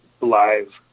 live